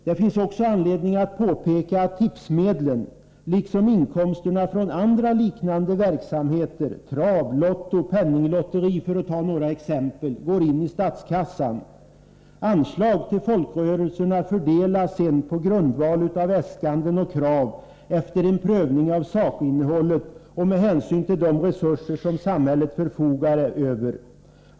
Det finns också anledning att påpeka att tipsmedlen liksom inkomsterna från andra liknande verksamheter — trav, lotto och penninglotteri, för att ta några exempel — går in i statskassan. Anslag till folkrörelserna fördelas på grundval av äskanden och krav efter en prövning av sakinnehållet och med hänsyn till de resurser som samhället förfogar över.